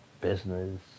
business